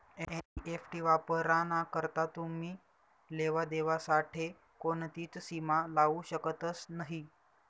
NEFT वापराना करता तुमी लेवा देवा साठे कोणतीच सीमा लावू शकतस नही